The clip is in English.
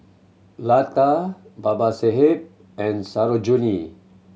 Lata Babasaheb and Sarojini